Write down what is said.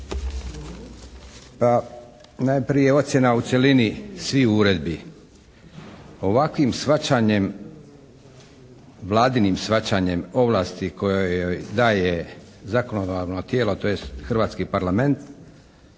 Pa, najprije ocjena u cjelini svih uredbi. Ovakvim shvaćanjem, Vladinim shvaćanjem ovlasti koje joj daje zakonodavno tijelo, tj. hrvatski Parlament,